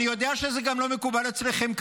אני יודע שזה גם לא מקובל אצלכם,